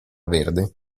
verde